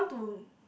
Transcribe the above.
to